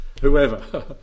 whoever